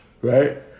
right